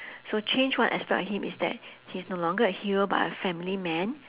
so change one aspect of him is that he's no longer a hero but a family man